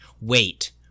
Wait